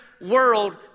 world